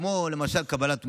כמו גם קבלת תמורה,